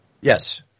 Yes